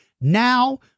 Now